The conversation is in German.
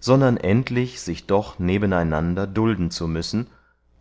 sondern endlich sich doch neben einander dulden zu müssen